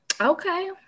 Okay